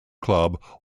club